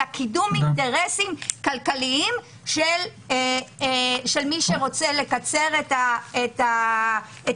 אלא קידום אינטרסים כלכליים של מי שרוצה לקצר את התורים,